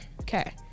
okay